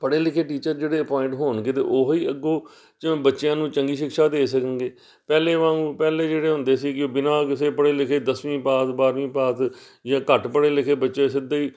ਪੜ੍ਹੇ ਲਿਖੇ ਟੀਚਰ ਜਿਹੜੇ ਅਪੁਆਇੰਟ ਹੋਣਗੇ ਤਾਂ ਉਹ ਹੀ ਅੱਗੋਂ ਜਿਵੇਂ ਬੱਚਿਆਂ ਨੂੰ ਚੰਗੀ ਸ਼ਿਕਸ਼ਾ ਦੇ ਸਕਣਗੇ ਪਹਿਲਾਂ ਵਾਂਗੂ ਪਹਿਲਾਂ ਜਿਹੜੇ ਹੁੰਦੇ ਸੀ ਕਿ ਬਿਨਾਂ ਕਿਸੇ ਪੜ੍ਹੇ ਲਿਖੇ ਦਸਵੀਂ ਪਾਸ ਬਾਰਵੀਂ ਪਾਸ ਜਾਂ ਘੱਟ ਪੜ੍ਹੇ ਲਿਖੇ ਬੱਚੇ ਸਿੱਧੇ ਹੀ